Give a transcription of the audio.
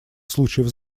случаев